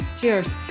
Cheers